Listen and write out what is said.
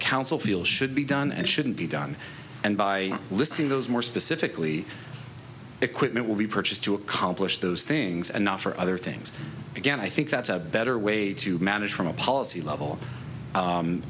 council feel should be done and shouldn't be done and by listing those more specifically equipment will be purchased to accomplish those things and not for other things again i think that's a better way to manage from a policy